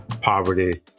poverty